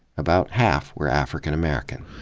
about half were african american.